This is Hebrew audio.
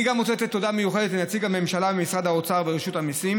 אני גם רוצה לתת תודה מיוחדת לנציג הממשלה ממשרד האוצר ברשות המיסים,